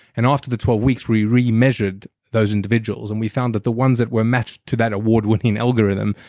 and after the twelve weeks, we remeasured those individuals, and we found that the ones that were matched to that award-winning algorithm,